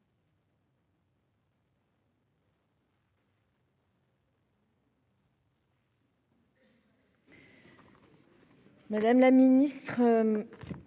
Madame la ministre.